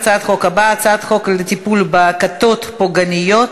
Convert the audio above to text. הצעת החוק עברה בקריאה טרומית